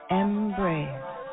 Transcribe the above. embrace